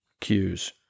cues